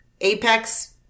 apex